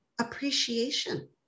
appreciation